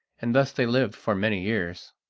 and thus they lived for many years.